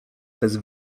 bez